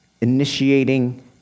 Initiating